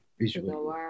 visually